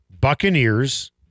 Buccaneers